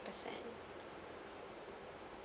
percent